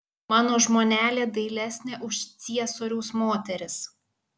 mano žmonelė dailesnė už ciesoriaus moteris